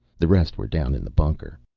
the rest were down in the bunker.